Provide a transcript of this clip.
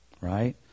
Right